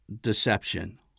deception